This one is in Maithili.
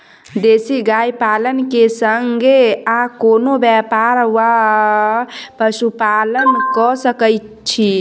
देसी गाय पालन केँ संगे आ कोनों व्यापार वा पशुपालन कऽ सकैत छी?